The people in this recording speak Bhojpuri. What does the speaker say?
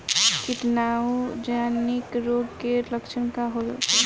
कीटाणु जनित रोग के लक्षण का होखे?